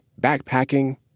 backpacking